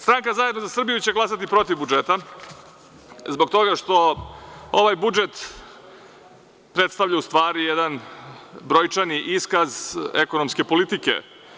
Stranka Zajedno za Srbiju će glasati protiv budžeta, zbog toga što ovaj budžet predstavlja u stvari jedan brojčani iskaz ekonomske politike.